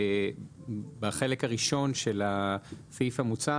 בחלק הראשון של הסעיף המוצע,